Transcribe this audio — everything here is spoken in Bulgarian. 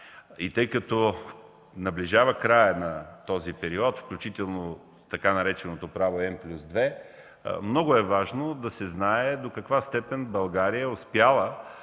Тъй като наближава краят на този период, включително така нареченото правило „N + 2“, много е важно да се знае до каква степен България е успяла